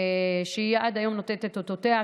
שעד היום נותנת את אותותיה,